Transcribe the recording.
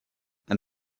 and